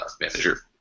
manager